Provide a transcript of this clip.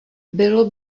bylo